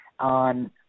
On